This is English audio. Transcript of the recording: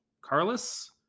carlos